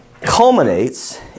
culminates